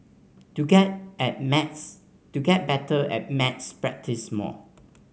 to get at maths to get better at maths practise more